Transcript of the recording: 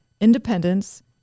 independence